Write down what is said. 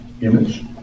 image